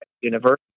University